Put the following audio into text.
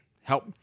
help